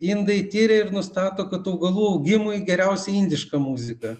indai tiria ir nustato kad augalų augimui geriausia indiška muzika